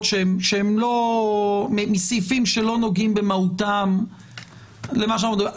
שהן לא מסעיפים שלא נוגעים במהותם למה שאנחנו מדברים עליו.